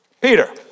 Peter